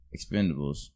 expendables